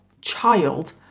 child